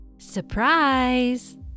Surprise